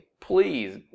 please